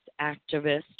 activist